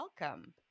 welcome